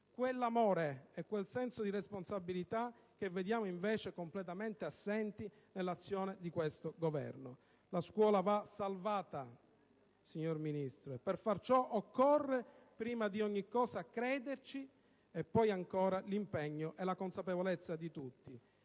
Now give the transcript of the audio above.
quell'amore e quel senso di responsabilità che vediamo invece completamente assenti nell'azione di questo Governo. La scuola va salvata, signora Ministro, e per far ciò occorre prima di ogni cosa crederci e poi ancora l'impegno e la consapevolezza di tutti.